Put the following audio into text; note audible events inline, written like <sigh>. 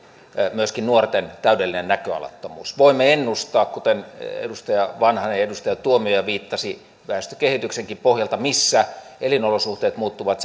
myöskin nuorten täydellinen näköalattomuus voimme ennustaa kuten edustaja vanhanen ja edustaja tuomioja viittasivat väestökehityksenkin pohjalta missä elinolosuhteet muuttuvat <unintelligible>